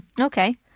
Okay